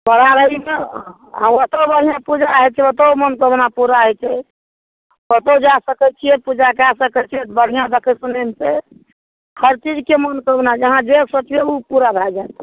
बराबरीमे हँ ओतहुँ बढ़िआँ पूजा होयतै ओतहुँ मनोकामना पूरा होयत ओतहुँ सकैत छियै पूजा कै सकैत छियै बढ़िआँ देखै सुनै मे छै हर चीजके मनोकामना अहाँ जे सोचबे ओ पूरा भए जाएत